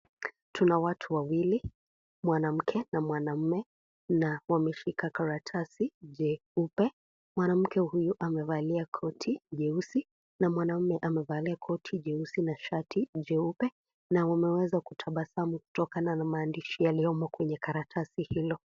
Tuna watu wawili ,mwanamke na mwanaume na wameshika karatasi nyeupe, mwanamke huyu amevalia koti jeusi na mwanaume amevalai koti jeusi na shati jeupe na wameweza kutabasamu kutokana na maandishi yaliyomo kwenye karatasi.